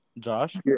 Josh